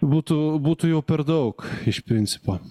būtų būtų jau per daug iš principo